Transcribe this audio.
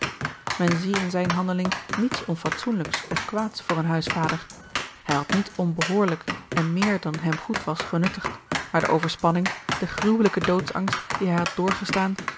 men zie in zijne handeling niets onfatsoenlijks of kwaads voor een huisvader hij had niet onbehoorlijk en méér dan hem goed was genuttigd maar de overspanning de gruwelijke doodsangt dien hij had